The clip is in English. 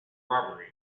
robbery